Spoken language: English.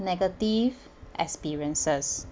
negative experiences